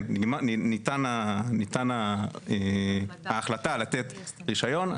כן, ניתן ההחלטה לתת רישיון.